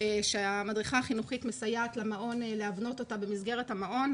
שהמדריכה החינוכית מסייעת למעון להבנות אותה במסגרת המעון,